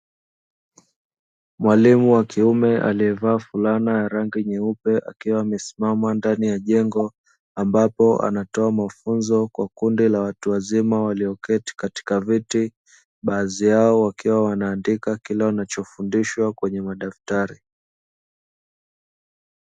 Mwalimu wa kiume aliyevaa fulana ya rangi nyeupe akiwa amesimama ndani ya jengo ambapo anatoa mafunzo kwa kundi la watu wazima walioketi katika viti, baadhi yao wakiwa wanaandika kile wanachofundishwa kwenye madaftari.